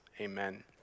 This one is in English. Amen